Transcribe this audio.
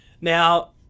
Now